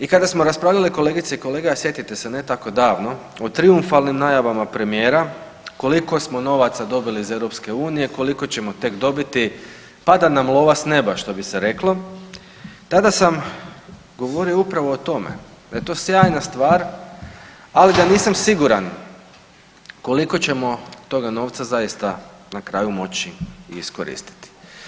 I kada smo raspravljale kolegice i kolege, a sjetite se ne tako davno o trijumfalnim najavama premijera koliko smo novaca dobili iz Europske unije, koliko ćemo tek dobiti, pada nam lova s neba što bi se reklo, tada sam govorio upravo o tome da je to sjajna stvar ali da nisam siguran koliko ćemo toga novca zaista na kraju moći iskoristiti.